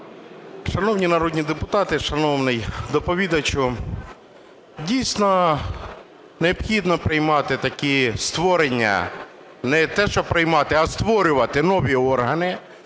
Шановні народні депутати і шановний доповідачу, дійсно, необхідно приймати такі створення, не те, що приймати, а створювати нові органи,